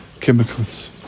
chemicals